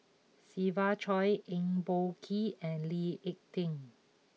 Siva Choy Eng Boh Kee and Lee Ek Tieng